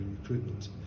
recruitment